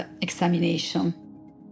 examination